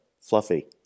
fluffy